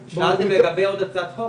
שאלתם לגבי עוד הצעת חוק,